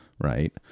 right